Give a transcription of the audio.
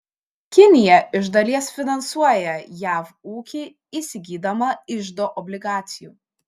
kinija iš dalies finansuoja jav ūkį įsigydama iždo obligacijų